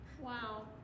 wow